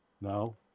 no